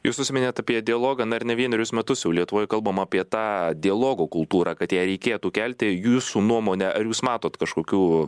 jūs užsiminėt apie dialogą na ir r ne vienerius metus lietuvoj kalbama apie tą dialogo kultūrą kad ją reikėtų kelti jūsų nuomone ar jūs matot kažkokių